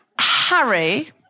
Harry